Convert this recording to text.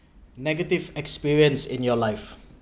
negative experience in your life